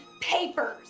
papers